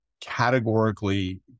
categorically